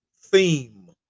theme